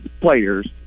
players